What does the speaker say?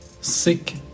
Sick